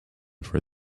for